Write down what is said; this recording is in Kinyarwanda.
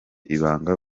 ibanga